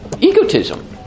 Egotism